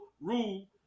rule